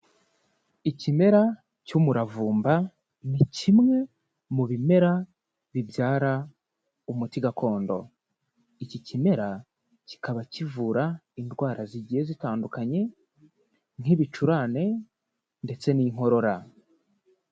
Ikimera cy'umuravumba ni kimwe mu bimera bibyara umuti gakondo. Iki kimera kikaba kivura indwara zigiye zitandukanye nk'ibicurane ndetse n'inkorora.